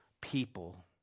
people